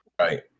Right